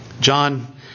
John